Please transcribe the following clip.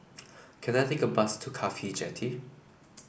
can I take a bus to CAFHI Jetty